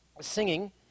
singing